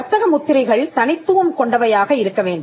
வர்த்தக முத்திரைகள் தனித்துவம் கொண்டவையாக இருக்க வேண்டும்